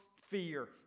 fear